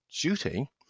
duty